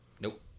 Nope